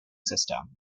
system